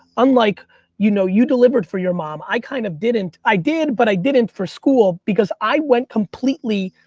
unlike you know you delivered for your mom, i kind of didn't. i did, but i didn't for school, because i went completely,